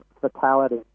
fatality